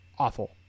awful